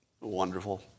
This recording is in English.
wonderful